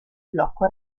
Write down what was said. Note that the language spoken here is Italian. blocco